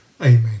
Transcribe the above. Amen